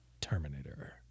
Terminator